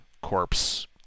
corpse